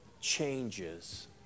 changes